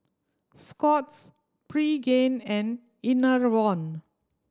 Scott's Pregain and Enervon